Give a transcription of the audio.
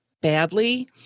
badly